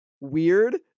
weird